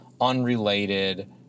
unrelated